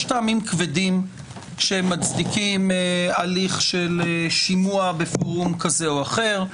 יש טעמים כבדים שמצדיקים הליך של שימוע בפורום כזה או אחר.